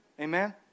Amen